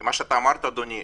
מה שאתה אמרת, אדוני,